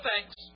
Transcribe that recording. thanks